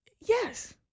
Yes